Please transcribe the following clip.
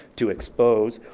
to expose,